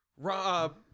Rob